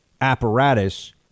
apparatus